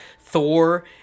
thor